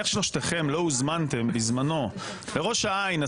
ואני תוהה איך שלושתכם לא הוזמנתם בזמנו לראש העין.